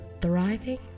thriving